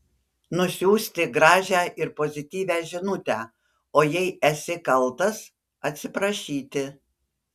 nusiųsti gražią ir pozityvią žinutę o jei esi kaltas atsiprašyti